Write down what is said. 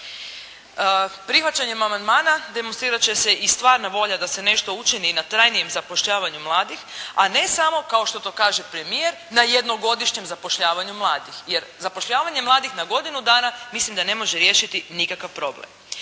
Prihvaćanjem amandmana demonstrirat će i stvarna volja da se nešto učini i na trajnijem zapošljavanju mladih, a ne samo kao što to kaže premijer, na jednogodišnjem zapošljavanju mladih. Jer zapošljavanje mladih na godinu dana mislim da ne može riješiti nikakav problem.